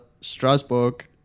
Strasbourg